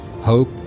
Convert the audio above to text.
Hope